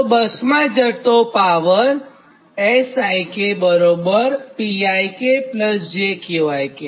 તો બસમાં જતો પાવર આ સમીકરણ 27 છે